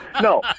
No